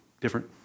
different